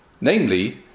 Namely